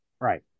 Right